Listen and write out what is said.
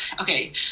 okay